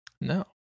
No